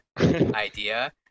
idea